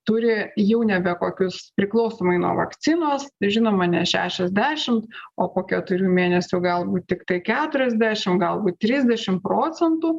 turi jau nebe kokius priklausomai nuo vakcinos žinoma ne šešiasdešimt o po keturių mėnesių galbūt tiktai keturiasdešim galbūt trisdešim procentų